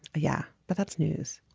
yeah but that's news